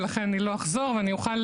ולכן אני לא אחזור עליהם,